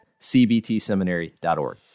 cbtseminary.org